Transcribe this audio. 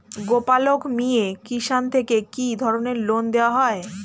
গোপালক মিয়ে কিষান থেকে কি ধরনের লোন দেওয়া হয়?